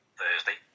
thursday